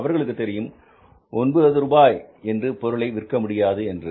அவர்களுக்குத் தெரியும் ஒன்பது ரூபாய் என்று பொருளை விற்க முடியாது என்று